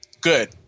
Good